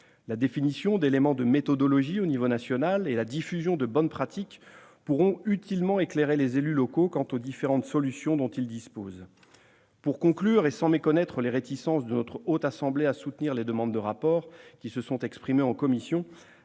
La définition d'éléments de méthodologie au niveau national et la diffusion de bonnes pratiques pourront utilement éclairer les élus locaux quant aux différentes solutions dont ils disposent. Pour conclure, et sans méconnaître les réticences de la Haute Assemblée à soutenir les demandes de rapport qui se sont exprimées en commission,